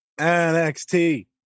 NXT